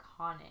iconic